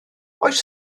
oes